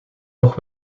nog